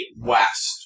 west